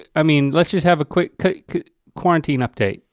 i mean let's just have a quick quick quarantine update,